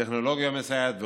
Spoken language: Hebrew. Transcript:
טכנולוגיה מסייעת ועוד,